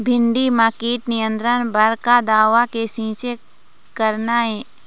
भिंडी म कीट नियंत्रण बर का दवा के छींचे करना ये?